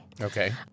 Okay